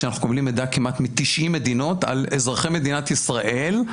שאנחנו מקבלים מידע כמעט מ-90 מדינות על אזרחי מדינת ישראל.